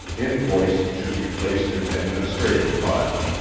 invoice should be placed in administrative file.